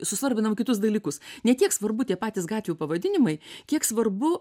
susvarbinam kitus dalykus ne tiek svarbu tie patys gatvių pavadinimai kiek svarbu